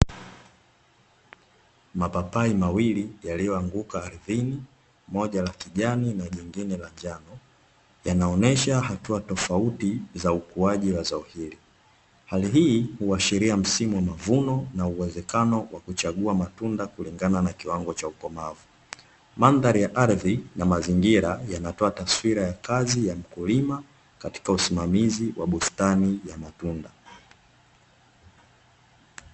Mapapai mawili yaliyoanguka ardhini, moja la kijani na jingine la njano, yanaonyesha hatua tofauti za ukuaji wa zao hili. Hali hii huashiria msimu wa mavuno na uwezekano wa kuchagua matunda kulingana na kiwango cha ukomavu. Mandhari ya ardhi na mazingira yanatoa taswira ya kazi ya mkulima katika usimamizi wa bustani ya matunda.